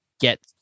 get